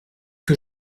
que